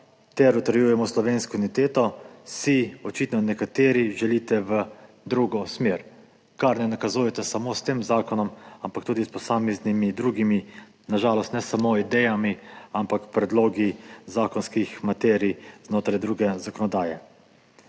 ter utrjujemo slovensko imuniteto, si očitno nekateri želite v drugo smer, kar ne nakazujete samo s tem zakonom, ampak tudi s posameznimi drugimi, na žalost ne samo idejami, ampak predlogi zakonskih materij znotraj druge zakonodaje.